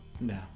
No